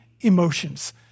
emotions